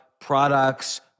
products